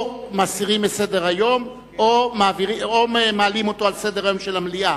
או מסירים אותו מסדר-היום או מעלים אותו על סדר-היום של המליאה.